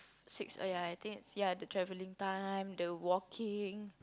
six oh yeah I think it's the travelling time the walking